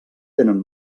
tenen